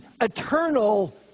eternal